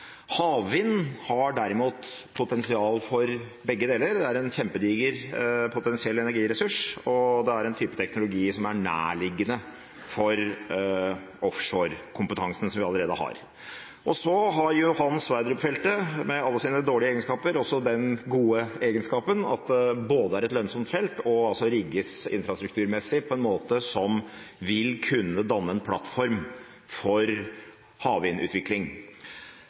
Havvind har derimot potensial for begge deler. Det er en kjempediger potensiell energiressurs, og det er en type teknologi som er nærliggende for offshore-kompetansen som vi allerede har. Og så har Johan Sverdrup-feltet, med alle sine dårlige egenskaper, også den gode egenskapen at det både er et lønnsomt felt og altså rigges infrastrukturmessig på en måte som vil kunne danne en plattform for havvindutvikling.